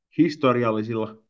historiallisilla